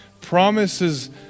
promises